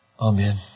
Amen